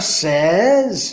says